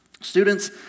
students